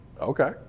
Okay